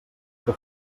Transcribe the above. que